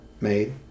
made